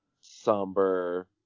somber